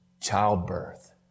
childbirth